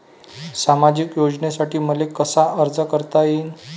सामाजिक योजनेसाठी मले कसा अर्ज करता येईन?